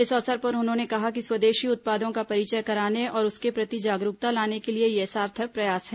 इस अवसर पर उन्होंने कहा कि स्वदेशी उत्पादों का परिचय कराने और उसके प्रति जागरूकता लाने के लिए यह सार्थक प्रयास है